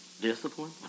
Discipline